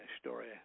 story